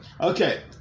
Okay